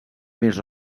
més